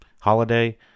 holiday